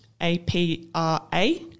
A-P-R-A